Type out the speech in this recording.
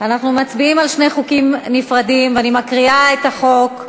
אני מקריאה את שם החוק: